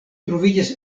troviĝas